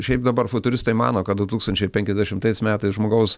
šiaip dabar futuristai mano kad du tūkstančiai penkiasdešimtais metais žmogaus